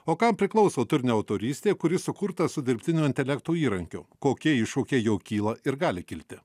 o kam priklauso turinio autorystė kuri sukurta su dirbtinio intelekto įrankiu kokie iššūkiai jau kyla ir gali kilti